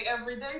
everyday